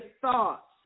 thoughts